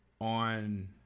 on